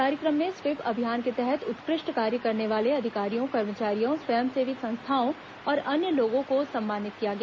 कार्यक्रम में स्वीप अभियान के तहत उत्कृष्ट कार्य करने वाले अधिकारियों कर्मचारियों स्वयंसेवी संस्थाओं और अन्य लोगों को सम्मानित किया गया